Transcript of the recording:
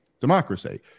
democracy